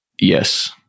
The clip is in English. Yes